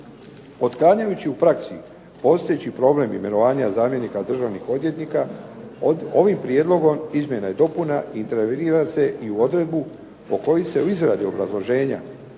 Otklanjajući u praksi postojeći problem imenovanja zamjenika državnih odvjetnika ovim prijedlogom izmjena i dopuna intervenira se i u odredbu po kojoj se u izradi obrazloženja